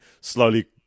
slowly